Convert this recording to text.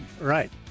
Right